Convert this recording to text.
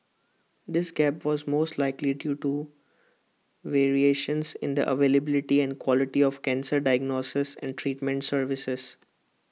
this gap was most likely due to variations in the availability and quality of cancer diagnosis and treatment services